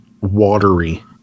watery